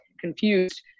confused